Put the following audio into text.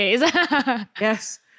yes